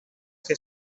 che